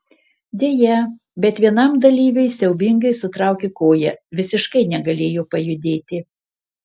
deja bet vienam dalyviui siaubingai sutraukė koją visiškai negalėjo pajudėti